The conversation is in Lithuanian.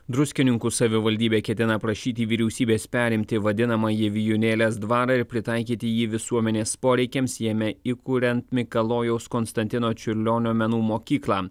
druskininkų savivaldybė ketina prašyti vyriausybės perimti vadinamąjį vijūnėlės dvarą ir pritaikyti jį visuomenės poreikiams jame įkuriant mikalojaus konstantino čiurlionio menų mokyklą